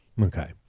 Okay